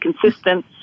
consistent